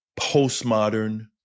postmodern